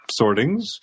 sortings